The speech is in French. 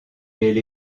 elle